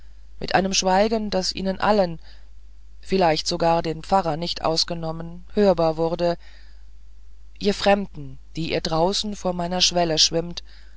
mit einem schweigen das ihnen allen vielleicht sogar den pfarrer nicht ausgenommen hörbar wurde ihr fremden die ihr draußen vor meiner schwelle schwimmt